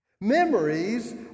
memories